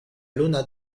luna